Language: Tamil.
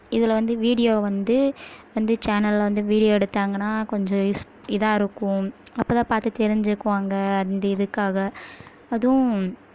இதில் வந்து வீடியோ வந்து வந்து சேனலில் வந்து வீடியோ எடுத்தாங்கனா கொஞ்சம் யூஸ் இதாக இருக்கும் அப்போதான் பார்த்து தெரிஞ்சுக்குவாங்க அந்த இதுக்காக அதுவும்